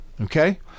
Okay